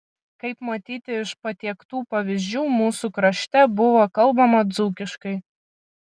kaip matyti iš patiektų pavyzdžių mūsų krašte buvo kalbama dzūkiškai